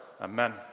Amen